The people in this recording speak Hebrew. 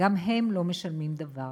גם הם לא משלמים דבר.